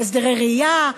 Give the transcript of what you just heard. הסדרי ראייה,